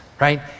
right